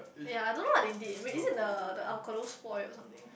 ya I don't know what they did wait is it the the avocado spoil or something